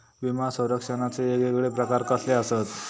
विमा सौरक्षणाचे येगयेगळे प्रकार कसले आसत?